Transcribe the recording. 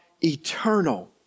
eternal